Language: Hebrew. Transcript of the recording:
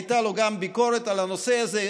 הייתה לו גם ביקורת על הנושא הזה: